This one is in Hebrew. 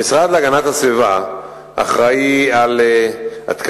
המשרד להגנת הסביבה אחראי לתקנים,